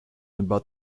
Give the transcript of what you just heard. about